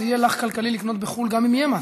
זה יהיה לך כלכלי לקנות בחו"ל גם אם יהיה מס,